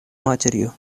матерью